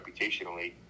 reputationally